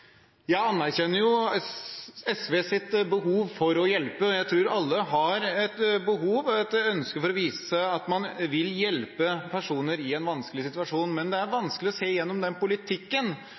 Jeg anerkjenner SVs behov for å hjelpe. Jeg tror alle har et behov for og et ønske om å vise at man vil hjelpe personer i en vanskelig situasjon. Men det er vanskelig å se gjennom den politikken